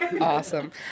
Awesome